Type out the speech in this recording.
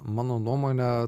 mano nuomone